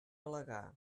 al·legar